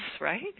right